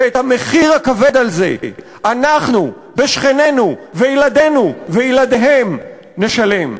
ואת המחיר הכבד אנחנו ושכנינו וילדינו וילדיהם נשלם.